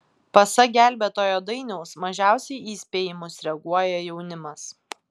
pasak gelbėtojo dainiaus mažiausiai į įspėjimus reaguoja jaunimas